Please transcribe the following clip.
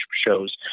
shows